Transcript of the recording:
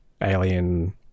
alien